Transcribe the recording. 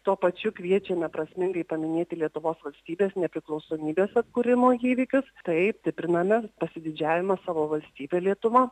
tuo pačiu kviečiame prasmingai paminėti lietuvos valstybės nepriklausomybės atkūrimo įvykius taip stipriname pasididžiavimą savo valstybe lietuva